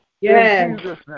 Yes